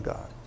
God